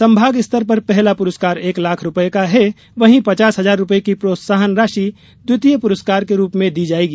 संभागस्तर पर पहला पुरस्कार एक लाख रुपये का है वहीं पचास हजार रुपये की प्रोत्साहन राशि द्वितीय पुरस्कार के रूप में दी जायेगी